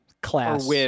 class